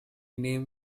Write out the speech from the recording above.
name